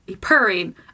purring